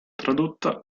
tradotta